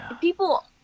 people